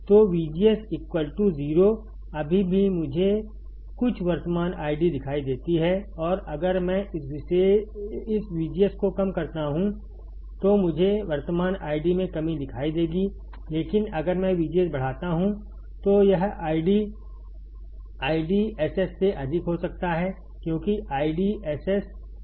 तो VGS 0 अभी भी मुझे कुछ वर्तमान आईडी दिखाई देती है और अगर मैं इस VGS को कम करता हूं तो मुझे वर्तमान आईडी में कमी दिखाई देगी लेकिन अगर मैं VGS बढ़ाता हूं तो यह आईडी SS से अधिक हो सकता है क्योंकि आईडी SS अधिकतम करंट नहीं है